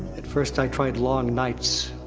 at first i tried. long nights,